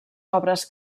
obres